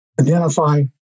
identify